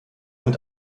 mit